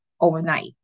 overnight